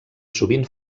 sovint